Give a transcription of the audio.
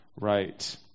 right